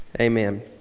Amen